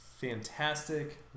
fantastic